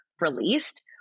released